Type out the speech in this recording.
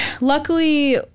luckily